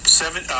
seven